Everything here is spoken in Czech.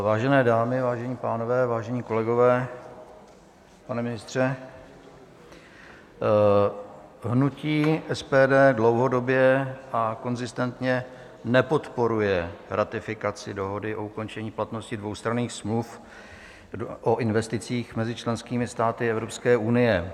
Vážené dámy, vážení pánové, vážení kolegové, pane ministře, hnutí SPD dlouhodobě a konzistentně nepodporuje ratifikaci dohody o ukončení platnosti dvoustranných smluv o investicích mezi členskými státy Evropské unie.